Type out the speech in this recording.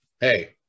Hey